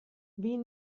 wie